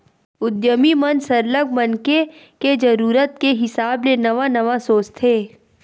उद्यमी मन सरलग मनखे के जरूरत के हिसाब ले नवा नवा सोचथे